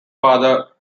father